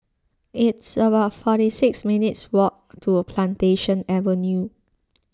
it's about forty six minutes' walk to Plantation Avenue